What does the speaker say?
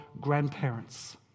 grandparents